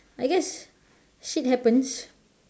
I guess shit happens